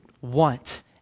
want